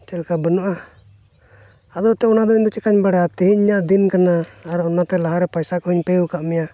ᱪᱮᱫᱞᱮᱠᱟ ᱵᱟᱹᱱᱩᱜᱼᱟ ᱟᱫᱚ ᱮᱱᱛᱮᱫ ᱤᱧ ᱫᱚ ᱪᱤᱠᱟᱹᱧ ᱵᱟᱲᱟᱭᱟ ᱛᱮᱦᱮᱧ ᱤᱧᱟᱹᱜ ᱫᱤᱱ ᱠᱟᱱᱟ ᱟᱨ ᱚᱱᱟᱛᱮ ᱞᱟᱦᱟ ᱨᱮ ᱯᱚᱭᱥᱟ ᱠᱚ ᱦᱚᱧ ᱯᱮ ᱠᱟᱜ ᱢᱮᱭᱟ